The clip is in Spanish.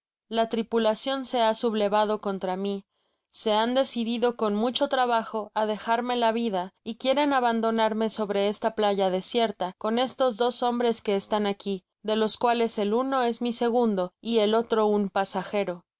la tripulacion se ha sublevado contra mi se han decidido con mucho trabajo á dejarme la vida y quieren abandonarme sobre esta playa desierta con estos dos hombres que están aqui de los cuales el uno es mi segundo y el otro un pasajero